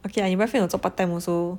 okay lah 你 boyfriend 有做 part time also